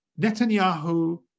Netanyahu